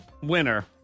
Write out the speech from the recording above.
winner